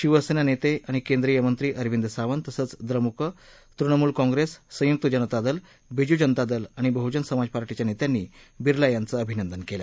शिवसेने नेते आणि केंद्रीय मंत्री अरविंद सावंत तसंच द्रमुक तृणमुल काँप्रेस संयुक्त जनता दल बीजू जनता दल आणि बहुजन समाज पार्टीच्या नेत्यांनी बिर्ला यांच अभिनंदन केलं